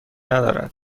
ندارد